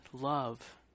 love